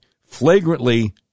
flagrantly